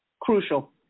crucial